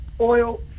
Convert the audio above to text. oil